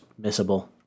missable